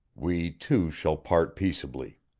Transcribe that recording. we two shall part peaceably.